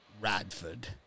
Radford